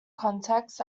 contexts